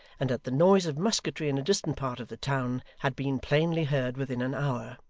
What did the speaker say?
and that the noise of musketry in a distant part of the town had been plainly heard within an hour.